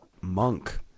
monk